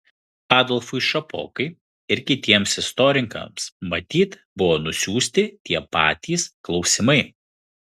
adolfui šapokai ir kitiems istorikams matyt buvo nusiųsti tie patys klausimai